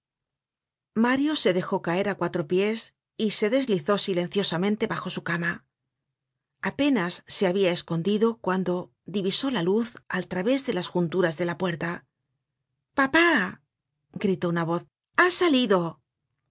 mario se dejó caer á cuatro pies y se deslizó silenciosamente bajo su cama apenas se habia escondido cuando divisó la luz al través de las junturas de la puerta papá gritó una voz ha salido